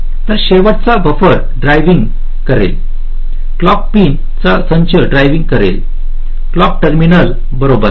तर शेवटचा buffer driving करेल क्लॉक पिन चा संच ड्राईव्हिंग करेल क्लिक टर्मिनल बरोबर